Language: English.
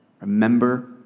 remember